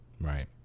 right